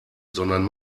sondern